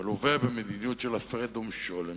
מלווה במדיניות של הפרד ומשול.